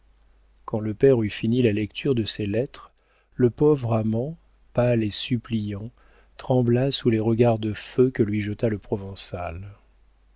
quand le père eut fini la lecture de ces lettres le pauvre amant pâle et suppliant trembla sous les regards de feu que lui jeta le provençal